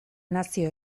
nazio